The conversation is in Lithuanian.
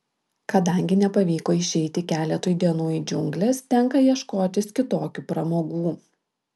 kadangi nepavyko išeiti keletui dienų į džiungles tenka ieškotis kitokių pramogų